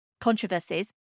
controversies